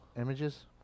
images